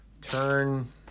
Turn